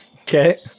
Okay